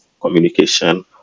communication